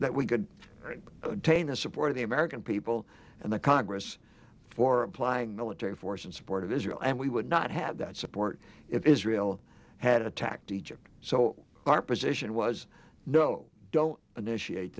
that we could attain the support of the american people and the congress for applying military force in support of israel and we would not have that support if israel had attacked egypt so our position was no i don't initiate